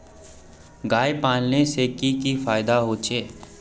गाय पालने से की की फायदा होचे?